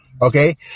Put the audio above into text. Okay